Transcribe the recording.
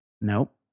Nope